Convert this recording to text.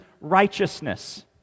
righteousness